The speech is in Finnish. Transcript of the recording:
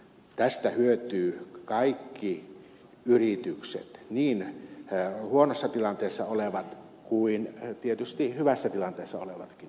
tästä hyötyvät kaikki yritykset niin huonossa tilanteessa olevat kuin tietysti hyvässä tilanteessa olevatkin